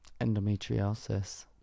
Endometriosis